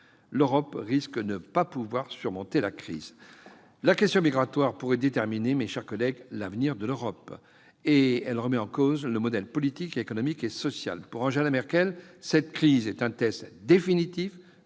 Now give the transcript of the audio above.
l'Europe risque de ne pas pouvoir surmonter la crise. La question migratoire pourrait déterminer, mes chers collègues, l'avenir de l'Europe, dont elle remet en cause le modèle politique, économique et social. Pour Angela Merkel, cette crise est un test définitif